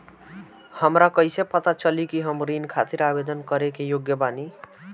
हमरा कईसे पता चली कि हम ऋण खातिर आवेदन करे के योग्य बानी?